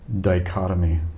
dichotomy